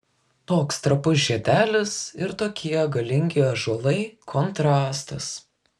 toks trapus žiedelis ir tokie galingi ąžuolai kontrastas